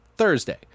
thursday